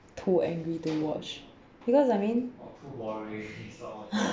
too angry to watch because I mean